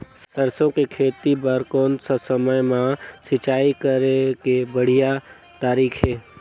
सरसो के खेती बार कोन सा समय मां सिंचाई करे के बढ़िया तारीक हे?